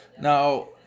now